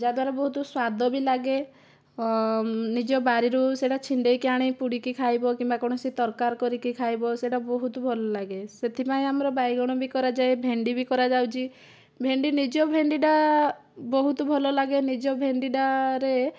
ଯାହାଦ୍ୱାରା ବହୁତ ସ୍ୱାଦ ବି ଲାଗେ ନିଜ ବାରିରୁ ସେଟା ଛିଣ୍ଡାଇକି ଆଣି ପୋଡ଼ିକି ଖାଇବ କିମ୍ବା କୌଣସି ତରକାର କରିକି ଖାଇବ ସେଟା ବହୁତ ଭଲ ଲାଗେ ସେଥିପାଇଁ ଆମର ବାଇଗଣ ବି କରାଯାଏ ଭେଣ୍ଡି ବି କରାଯାଉଛି ଭେଣ୍ଡି ନିଜ ଭେଣ୍ଡିଟା ବହୁତ ଭଲ ଲାଗେ ନିଜ ଭେଣ୍ଡିଟାରେ